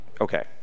Okay